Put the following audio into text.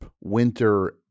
winter